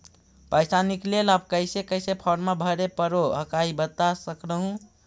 पैसा निकले ला कैसे कैसे फॉर्मा भरे परो हकाई बता सकनुह?